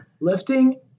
Lifting